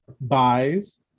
buys